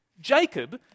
Jacob